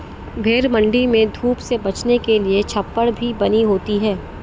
भेंड़ मण्डी में धूप से बचने के लिए छप्पर भी बनी होती है